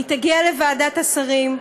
היא תגיע לוועדת השרים.